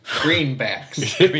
Greenbacks